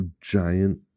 giant